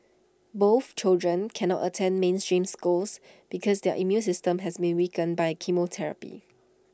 both children cannot attend mainstream schools because their immune systems has been weakened by chemotherapy